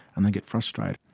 and they get frustrated.